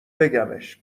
بگمش